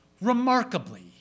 Remarkably